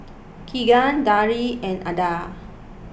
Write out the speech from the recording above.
Keegan Deirdre and Alda